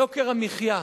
יוקר המחיה.